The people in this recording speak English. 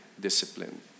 Discipline